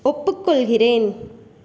ஒப்புக்கொள்கிறேன்